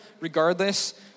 regardless